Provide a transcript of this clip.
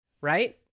right